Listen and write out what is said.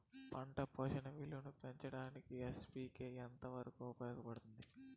పంట పోషక విలువలు పెంచడానికి ఎన్.పి.కె ఎంత వరకు ఉపయోగపడుతుంది